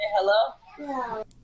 hello